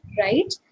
right